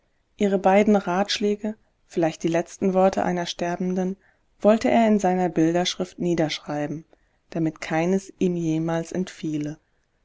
ihre beiden ratschläge vielleicht die letzten worte einer sterbenden wollte er in seiner bilderschrift niederschreiben damit keines ihm jemals entfiele